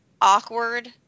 awkward